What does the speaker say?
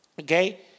Okay